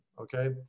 Okay